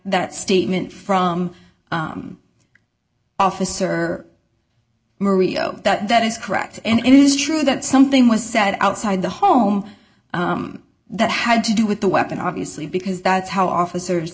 that statement from officer marie oh that is correct and it is true that something was said outside the home that had to do with the weapon obviously because that's how officers